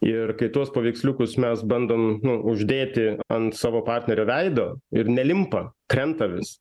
ir kai tuos paveiksliukus mes bandom nu uždėti ant savo partnerio veido ir nelimpa krenta vis